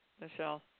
Michelle